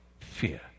fear